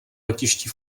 letišti